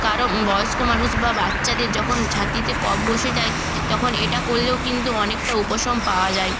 কারও বয়স্ক মানুষ বা বাচ্চাদের যখন ছাতিতে কফ বসে যায় তখন এটা করলেও কিন্তু অনেকটা উপশম পাওয়া যায়